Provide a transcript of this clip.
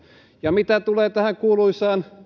ja mitä tulee tähän kuuluisaan